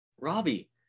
Robbie